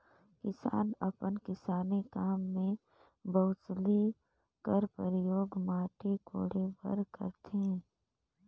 किसान अपन किसानी काम मे बउसली कर परियोग माटी कोड़े बर करथे